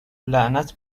لعنت